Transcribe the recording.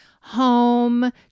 home